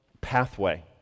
pathway